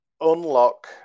unlock